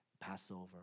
Passover